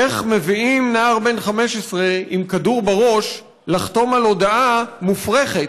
איך מביאים נער בן 15 עם כדור בראש לחתום על הודאה מופרכת,